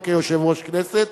לא כיושב-ראש הכנסת,